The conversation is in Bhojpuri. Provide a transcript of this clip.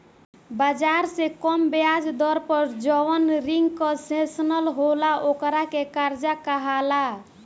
बाजार से कम ब्याज दर पर जवन रिंग कंसेशनल होला ओकरा के कर्जा कहाला